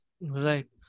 Right